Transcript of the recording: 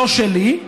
לא שלי,